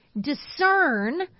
discern